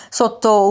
sotto